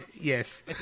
yes